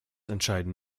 entscheiden